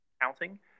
accounting